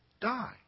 Die